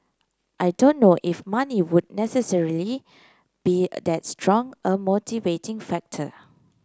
I don't know if money would necessarily be that strong a motivating factor